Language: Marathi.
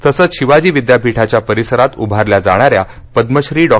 तसंच शिवाजी विद्यापीठाच्या परिसरात उभारल्या जाणाऱ्या पद्मश्री डॉ